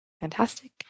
Fantastic